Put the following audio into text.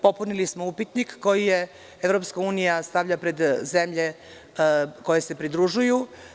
Popunili smo Upitnik koji je EU stavljala pred zemlje koje se pridružuju.